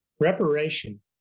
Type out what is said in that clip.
Reparation